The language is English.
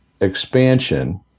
expansion